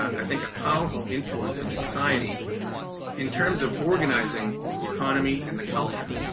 i think, a powerful influence on society in terms of organizing the economy and the culture.